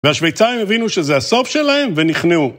והשוויצרים הבינו שזה הסוף שלהם ונכנעו.